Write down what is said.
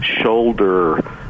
shoulder